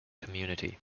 community